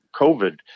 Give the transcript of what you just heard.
COVID